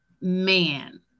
man